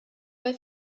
bei